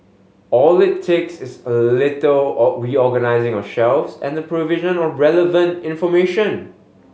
all it takes is a little or reorganising of shelves and the provision of relevant information